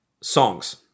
songs